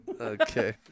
Okay